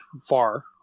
far